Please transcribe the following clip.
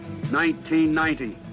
1990